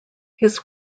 his